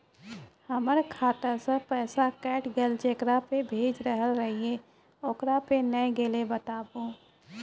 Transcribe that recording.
हमर खाता से पैसा कैट गेल जेकरा पे भेज रहल रहियै ओकरा पे नैय गेलै बताबू?